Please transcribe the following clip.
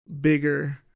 bigger